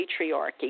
patriarchy